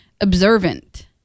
observant